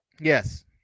Yes